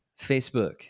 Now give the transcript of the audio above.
Facebook